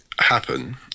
happen